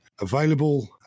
available